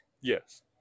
Yes